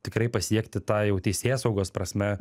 tikrai pasiekti tą jau teisėsaugos prasme